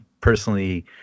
personally